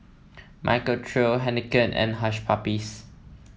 Michael Trio Heinekein and Hush Puppies